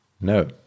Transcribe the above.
No